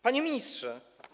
Panie Ministrze!